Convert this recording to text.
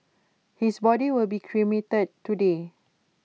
his body will be cremated today